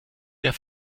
der